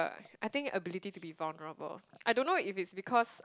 I think ability to be vulnerable I don't know if it's because